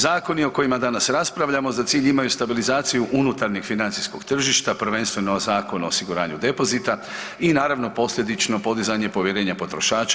Zakoni o kojima raspravljamo za cilj imaju stabilizaciju unutarnjeg financijskog tržišta prvenstveno Zakon o osiguranju depozita i naravno posljedično podizanje povjerenja potrošača.